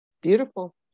Beautiful